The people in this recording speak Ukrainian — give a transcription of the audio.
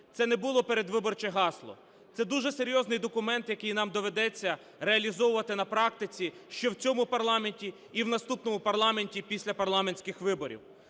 це не було передвиборче гасло, це дуже серйозний документ, який нам доведеться реалізовувати на практиці ще в цьому парламенті і в наступному парламенті після парламентських виборів.